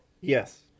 Yes